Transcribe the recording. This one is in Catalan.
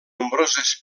nombroses